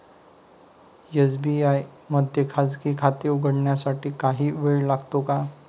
SBI मध्ये खाजगी खाते उघडण्यासाठी काही वेळ लागतो का?